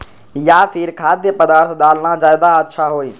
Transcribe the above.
या फिर खाद्य पदार्थ डालना ज्यादा अच्छा होई?